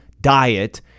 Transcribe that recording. diet